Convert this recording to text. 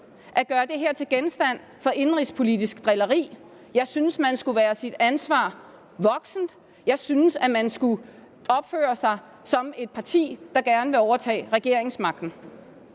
at gøre det her til genstand for indenrigspolitisk drilleri. Jeg synes, man skulle være sit ansvar voksen. Jeg synes, man skulle opføre sig som et parti, der gerne vil overtage regeringsmagten.